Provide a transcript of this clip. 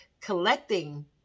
collecting